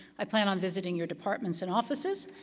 i plan on visiting your departments and offices,